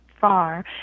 far